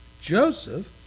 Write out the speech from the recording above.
Joseph